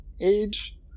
age